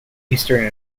eastern